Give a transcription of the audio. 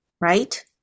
right